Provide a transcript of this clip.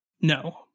No